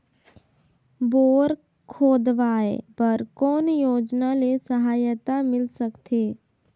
Bore खोदवाय बर कौन योजना ले सहायता मिल सकथे?